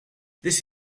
this